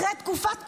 אחרי תקופת הקורונה,